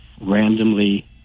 randomly